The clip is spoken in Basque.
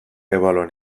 ebalua